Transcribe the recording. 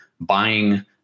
buying